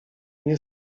nie